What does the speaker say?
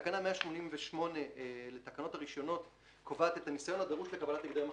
תקנה 188 לתקנות הרישיונות קובעת את הניסיון הדרוש לקבלת הגדר מכשירים.